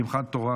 שמחת תורה,